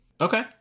Okay